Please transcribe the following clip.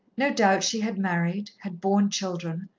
no doubt she had married, had borne children,